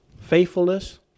faithfulness